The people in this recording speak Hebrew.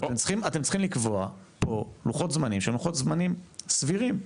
אתם צריכים לקבוע פה לוחות זמנים שהם לוחות זמנים סבירים.